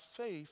faith